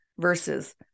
versus